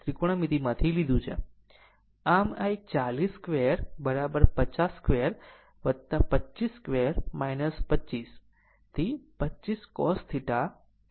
આમ આ એક 40 square50 square 25 square 25 to 25 cos theta છે